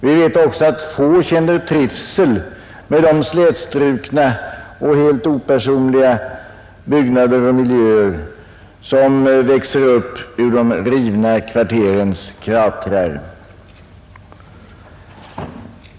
Vi vet också att få känner trivsel med de slätstrukna och helt opersonliga byggnader och miljöer som växer upp ur de rivna kvarterens kratrar.